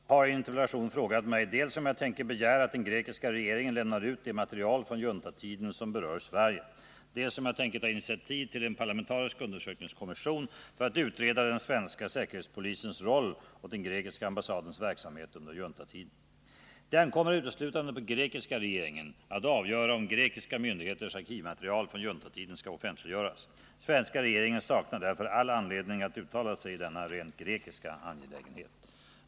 Fru talman! Alexander Chrisopoulos har i en interpellation frågat mig dels om jag tänker begära att den grekiska regeringen lämnar ut det material från juntatiden som berör Sverige, dels om jag tänker ta initiativ till en parlamentarisk undersökningskommission för att utreda den svenska säkerhetspolisens roll och den grekiska ambassadens verksamhet under juntatiden. Det ankommer uteslutande på grekiska regeringen att avgöra om grekiska myndigheters arkivmaterial från juntatiden skall offentliggöras. Svenska regeringen saknar därför anledning att uttala sig i denna rent grekiska angelägenhet.